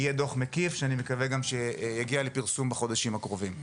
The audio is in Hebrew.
זה יהיה דוח מקיף ואני מקווה שהוא יגיע לפרסום בחודשים הקרובים.